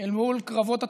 אל מול קרבות התרנגולים,